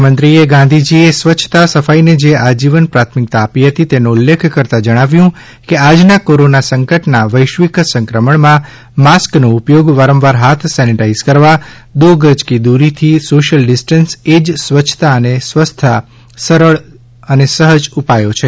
મુખ્યમંત્રીએ ગાંધીજીએ સ્વચ્છતા સફાઇને જે આજીવન પ્રાથમિકતા આપી હતી તેનોઉલ્લેખ કરતાં જણાવ્યું કે આજના કોરોના સંકટના વૈશ્વિક સંક્રમણમાં માસ્કનો ઉપયોગ વારંવાર હાથ સેનેટાઈઝ કરવા દો ગજ કી દુરી થી સોશિયલ ડિસ્ટન્સ એ જ સ્વચ્છતા અને સ્વસ્થતાના સરળ સફજ ઉપાયો છે